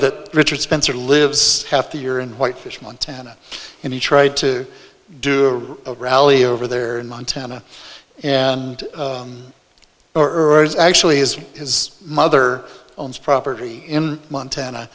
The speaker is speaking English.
that richard spencer lives half the year in whitefish montana and he tried to do a rally over there in montana and urs actually is his mother owns property in montana